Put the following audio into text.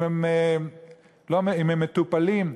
אם הם מטופלים.